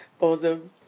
awesome